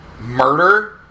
Murder